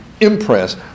impress